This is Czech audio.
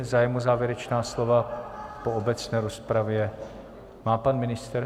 Zájem o závěrečná slova po obecné rozpravě má pan ministr?